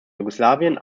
jugoslawien